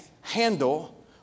handle